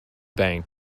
bank